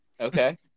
Okay